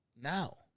Now